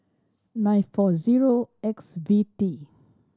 nine four zero X V T